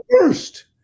first